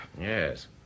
Yes